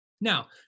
Now